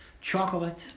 chocolate